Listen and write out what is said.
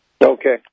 Okay